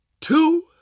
two